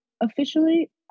officially